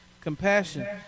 Compassion